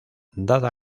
dada